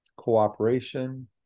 Cooperation